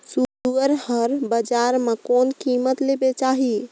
सुअर हर बजार मां कोन कीमत ले बेचाही?